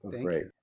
Great